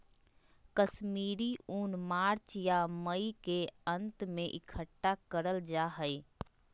कश्मीरी ऊन मार्च या मई के अंत में इकट्ठा करल जा हय